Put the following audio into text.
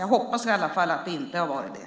Jag hoppas i alla fall att det inte har varit det.